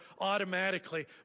automatically